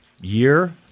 year